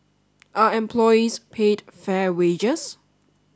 are employees paid fair wages